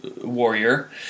warrior